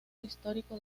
histórico